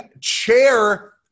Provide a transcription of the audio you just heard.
chair